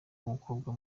w’umukobwa